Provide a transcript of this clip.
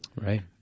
Right